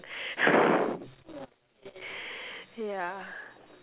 yeah